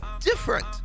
different